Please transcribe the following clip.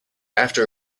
after